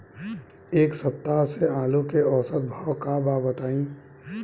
एक सप्ताह से आलू के औसत भाव का बा बताई?